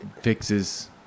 fixes